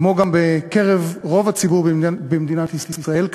כמו בקרב רוב הציבור במדינת ישראל,